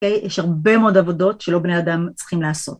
יש הרבה מאוד עבודות שלא בני אדם צריכים לעשות.